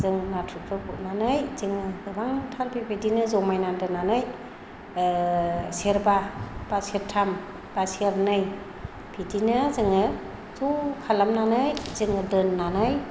जों नाथुरखौ गुरनानै जोङो गोबांथार बेबायदिनो जमायनानै दोननानै सेरबा एबा सेरथाम एबा सेरनै बिदिनो जोङो ज' खालामनानै जोङो दोननानै